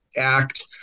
Act